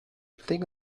flick